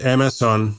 Amazon